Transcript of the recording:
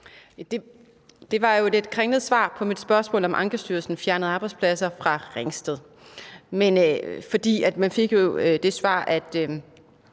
et lidt kringlet svar på mit spørgsmål, om Ankestyrelsen fjernede arbejdspladser fra Ringsted. For man fik det svar,